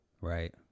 Right